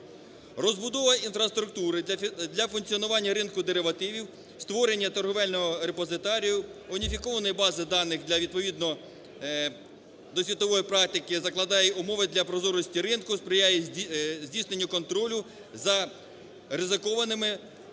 Розбудова інфраструктури для функціонування ринку деривативів, створення торговельного репозитарію уніфікованої бази даних для… відповідно до світової практики закладає умови для прозорості ринку, сприяє здійсненню контролю за ризикованими позиціями